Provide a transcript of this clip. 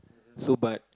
so but